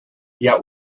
yet